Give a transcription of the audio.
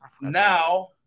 now